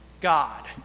God